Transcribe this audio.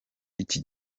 iki